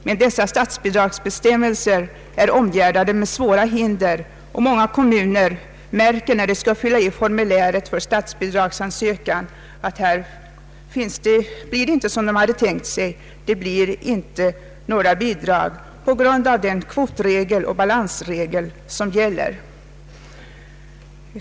Men statsbidragsbestämmelserna är omgärdade med svåra hinder, och många kommuner märker när formulären till statsbidragsansökan skall fyllas i, att det inte blir som man hade tänkt sig, att det inte blir några bidrag på grund av den kvotregel och den balansregel som gäller.